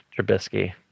Trubisky